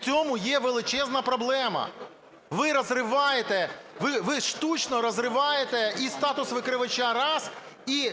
В цьому є величезна проблема. Ви розриваєте… Ви штучно розриваєте і статус викривача – раз, і